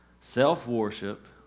Self-worship